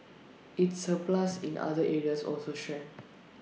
its surplus in other areas also shrank